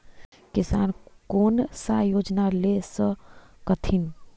किसान कोन सा योजना ले स कथीन?